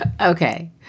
Okay